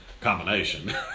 combination